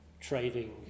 trading